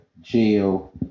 jail